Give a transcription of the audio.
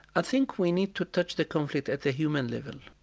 i think we need to touch the conflict at the human level.